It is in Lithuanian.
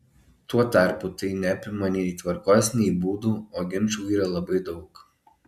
tuo tarpu tai neapima nei tvarkos nei būdų o ginčų yra labai daug